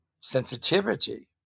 sensitivity